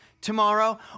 tomorrow